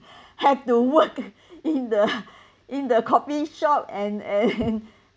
had to work in the in the coffee shop and and